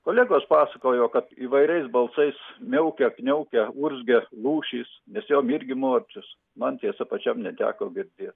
kolegos pasakojo kad įvairiais balsais miaukia kniaukia urzgia lūšys nes jom irgi morčius man tiesa pačiam neteko girdėt